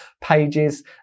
pages